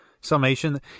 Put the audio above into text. summation